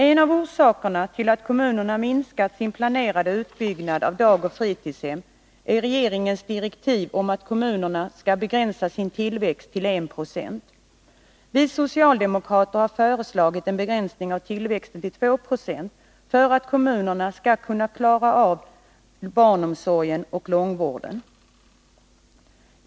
En av orsakerna till att kommunerna minskat sin planerade utbyggnad av dagoch fritidshem är regeringens direktiv om att kommunerna skall begränsa sin tillväxt till 196. Vi socialdemokrater har föreslagit en begränsning av tillväxten till 2 26, för att kommunerna skall kunna klara av barnomsorgen och långvården.